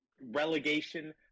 relegation